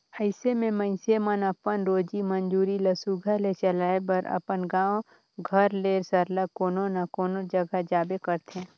अइसे में मइनसे मन अपन रोजी मंजूरी ल सुग्घर ले चलाए बर अपन गाँव घर ले सरलग कोनो न कोनो जगहा जाबे करथे